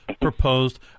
Proposed